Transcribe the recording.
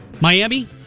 Miami